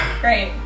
Great